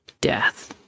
death